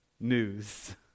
news